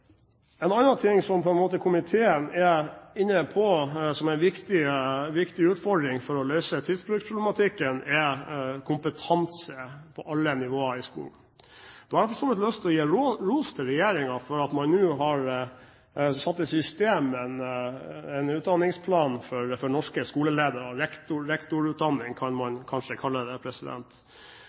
En annen ting som komiteen er inne på som en viktig utfordring for å løse tidsbrukproblematikken, er kompetanse på alle nivåer i skolen. Jeg har for så vidt lyst til å gi ros til regjeringen for at man nå har satt i system en utdanningsplan for norske skoleledere – rektorutdanning kan man kanskje kalle det.